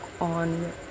on